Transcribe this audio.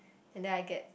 and then I get